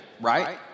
right